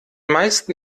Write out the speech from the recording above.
meisten